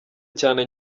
cyane